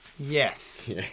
yes